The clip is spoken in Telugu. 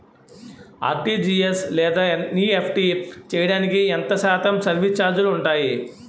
ఆర్.టీ.జీ.ఎస్ లేదా ఎన్.ఈ.ఎఫ్.టి చేయడానికి ఎంత శాతం సర్విస్ ఛార్జీలు ఉంటాయి?